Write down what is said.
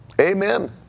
Amen